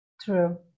true